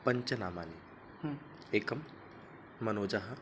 पञ्चनामानि एकं मनोजः